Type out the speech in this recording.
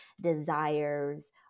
desires